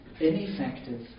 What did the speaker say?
ineffective